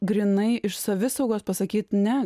grynai iš savisaugos pasakyt ne